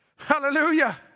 Hallelujah